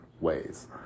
ways